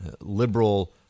liberal